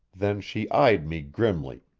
then she eyed me grimly,